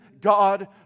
God